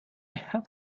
have